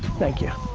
thank you.